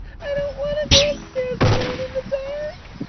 i don't want to go upstairs alone in the dark.